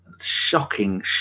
shocking